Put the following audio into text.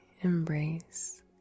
embrace